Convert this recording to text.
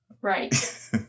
right